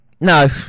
no